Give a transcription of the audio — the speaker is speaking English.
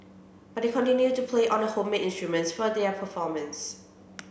but they continue to play on the homemade instruments for their performance